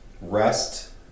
rest